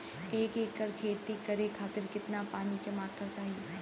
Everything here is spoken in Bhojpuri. एक एकड़ खेती करे खातिर कितना पानी के मात्रा चाही?